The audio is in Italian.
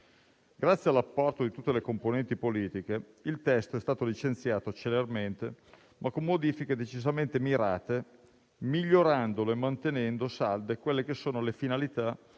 Grazie all'apporto di tutte le componenti politiche, il testo è stato licenziato celermente, ma con modifiche decisamente mirate, migliorandolo e mantenendo salde le finalità